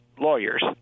lawyers